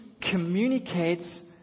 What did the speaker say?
communicates